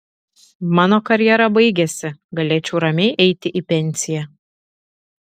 mano karjera baigiasi galėčiau ramiai eiti į pensiją